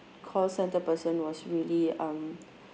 call centre person was really um